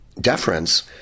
deference